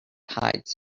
hides